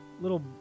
little